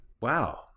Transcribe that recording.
Wow